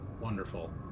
Wonderful